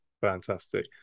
Fantastic